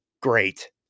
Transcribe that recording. great